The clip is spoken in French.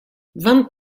vingt